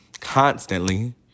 constantly